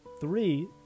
three